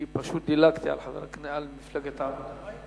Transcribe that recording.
אני פשוט דילגתי על מפלגת העבודה.